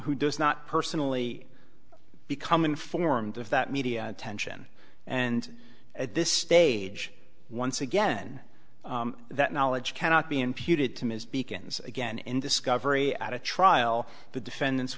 who does not personally become informed of that media attention and at this stage once again that knowledge cannot be imputed to ms beacons again in discovery at a trial the defendant